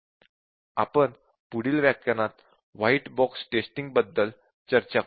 आपण पुढील व्याखानात व्हाईट बॉक्स टेस्टिंग बद्दल चर्चा करू